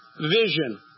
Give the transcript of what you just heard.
vision